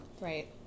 Right